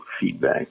feedback